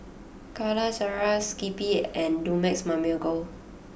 Calacara Skippy and Dumex Mamil Gold